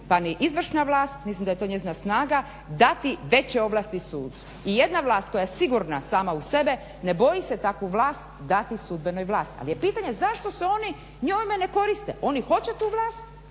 pa ni izvršna vlast mislim da je to njezina snaga dati veće ovlasti sucu. I jedna vlast koja sigurna sama u sebe ne boji se takvu vlast dati sudbenoj vlasti. Ali je pitanje zašto se oni njome ne koriste, oni hoće tu vlast